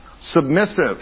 Submissive